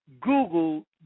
Google